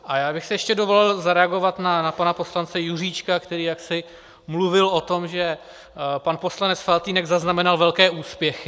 A já bych si ještě dovolil zareagovat na pana poslance Juříčka, který mluvil o tom, že pan poslanec Faltýnek zaznamenal velké úspěchy.